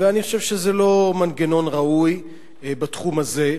ואני חושב שזה לא מנגנון ראוי בתחום הזה.